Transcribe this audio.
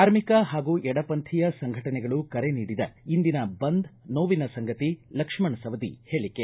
ಕಾರ್ಮಿಕ ಹಾಗೂ ಎಡ ಪಂಥೀಯ ಸಂಘಟನೆಗಳು ಕರೆ ನೀಡಿದ ಇಂದಿನ ಬಂದ್ ನೋವಿನ ಸಂಗತಿ ಲಕ್ಷ್ಣ ಸವದಿ ಹೇಳಿಕೆ